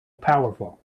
powerful